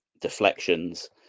deflections